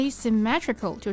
Asymmetrical